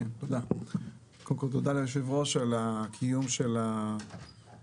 קודם כל, תודה ליושב-ראש על קיום הדיון.